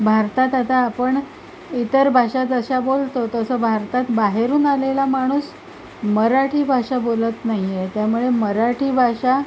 भारतात आता आपण इतर भाषा जशा बोलतो तसं भारतात बाहेरून आलेला माणूस मराठी भाषा बोलत नाहीये त्यामुळे मराठी भाषा